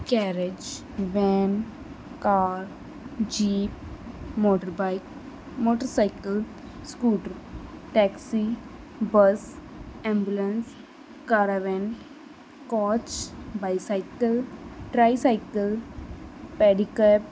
garage van car jeep motorbike motorcycle scooter taxi bus ambulance caravan coach bicycle tricycle pedicab